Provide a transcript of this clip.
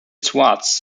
swartz